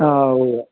ആ ഉവ്വ